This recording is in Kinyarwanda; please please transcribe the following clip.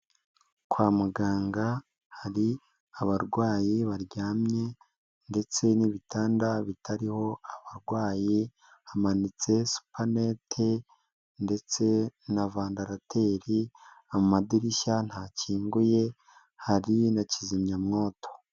Kwa muganga hari abarwayi baryamye ndetse n'ibitanda bitariho abarwayi, hamanitse supanete ndetse na vendarateri, amadirishya ntakinguye, hari na kizimyamwoto.